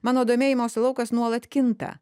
mano domėjimosi laukas nuolat kinta